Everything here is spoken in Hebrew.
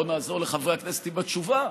בוא נעזור לחברי הכנסת עם התשובה: